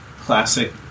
classic